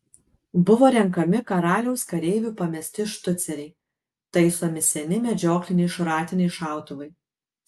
buvo renkami karaliaus kareivių pamesti štuceriai taisomi seni medžiokliniai šratiniai šautuvai